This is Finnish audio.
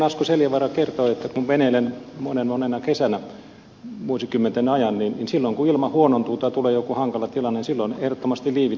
asko seljavaara kertoi että kun veneilen monen monena kesänä vuosikymmenten ajan silloin kun ilma huonontuu tai tulee joku hankala tilanne silloin ehdottomasti liivit päälle